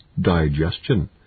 digestion